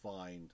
find